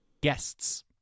Guests